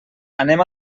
anem